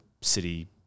city